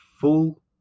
full